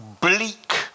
Bleak